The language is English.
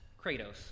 Kratos